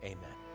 Amen